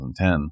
2010